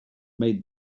made